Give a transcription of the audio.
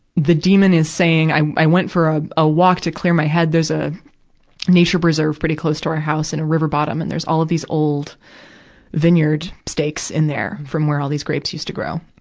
the demon is saying, i, i went for ah a walk to clear my head there's a nature preserve pretty close our house in a river bottom. and there's all of these old vineyards stakes in there from where all these grapes used to grow.